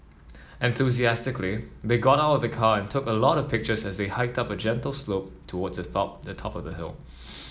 enthusiastically they got out of the car and took a lot of pictures as they hiked up a gentle slope towards the top the top of the hill